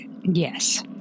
Yes